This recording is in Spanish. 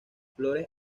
flores